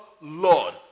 Lord